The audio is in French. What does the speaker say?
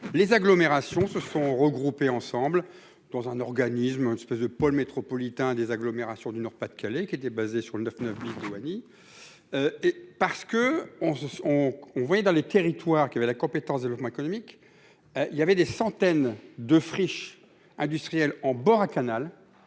les agglomérations se sont regroupés ensemble dans un organisme, une espèce de Pôle métropolitain des agglomérations du Nord Pas de Calais qui était basé sur le neuf, neuf Birmanie. Et parce que. On voyait dans les territoires qui avaient la compétence de logements économique. Il y avait des centaines de friches industrielles en bord à Canal